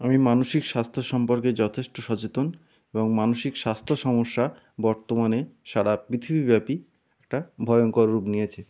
আমি মানসিক স্বাস্থ্য সম্পর্কে যথেষ্ট সচেতন এবং মানসিক স্বাস্থ্য সমস্যা বর্তমানে সারা পৃথিবীব্যাপী একটা ভয়ঙ্কর রূপ নিয়েছে